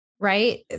right